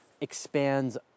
expands